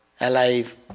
alive